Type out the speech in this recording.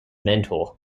mentor